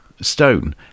Stone